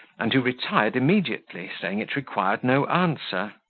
and who retired immediately, saying it required no answer.